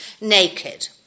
naked